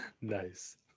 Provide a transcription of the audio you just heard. Nice